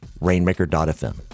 rainmaker.fm